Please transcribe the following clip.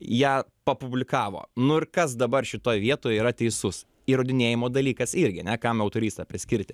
ją papublikavo nu ir kas dabar šitoj vietoj yra teisus įrodinėjimų dalykas irgi ane kam autorystę priskirti